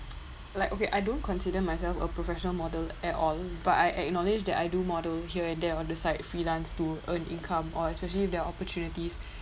like okay I don't consider myself a professional model at all but I acknowledge that I do model here and there on the side freelance to earn income or especially if there are opportunities